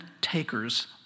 takers